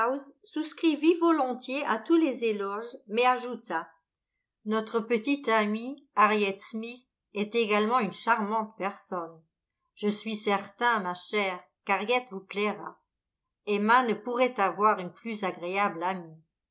souscrivit volontiers à tous les éloges mais ajouta notre petite amie harriet smith est également une charmante personne je suis certain ma chère qu'harriet vous plaira emma ne pourrait avoir une plus agréable